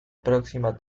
próxima